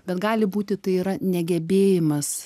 bet gali būti tai yra negebėjimas